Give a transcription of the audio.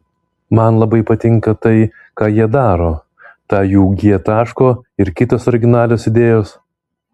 man labai patinka tai ką jie daro ta jų g taško ir kitos originalios idėjos